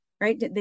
right